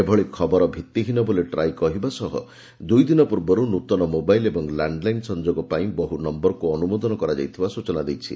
ଏଭଳି ଖବର ଭିତିହୀନ ବୋଲି ଟ୍ରାଇ କକ୍ଟିବା ସହ ଦୁଇ ଦିନ ପୂର୍ବରୁ ନୃତନ ମୋବାଇଲ୍ ଏବଂ ଲାଣ୍ଡଲାଇନ୍ ସଂଯୋଗ ପାଇଁ ବହ୍ର ନମ୍ଘରକୃ ଅନ୍ତ୍ରମୋଦନ କରାଯାଇଥିବା ସ୍ତଚନା ଦେଇଛି